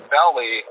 Belly